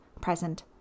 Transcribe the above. present